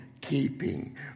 keeping